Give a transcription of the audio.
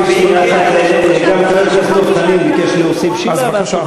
גם חבר הכנסת דב חנין ביקש להוסיף שאלה, אז בבקשה.